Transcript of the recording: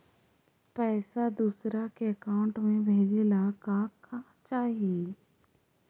पैसा दूसरा के अकाउंट में भेजे ला का का चाही?